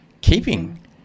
keeping